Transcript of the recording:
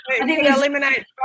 eliminate